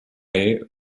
high